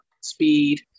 speed